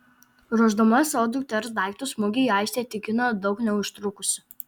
ruošdama savo dukters daiktus mugei aistė tikina daug neužtrukusi